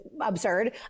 absurd